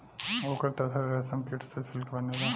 ओकर तसर रेशमकीट से सिल्क बनेला